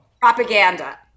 Propaganda